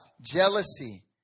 jealousy